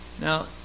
now